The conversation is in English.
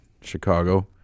Chicago